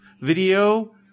video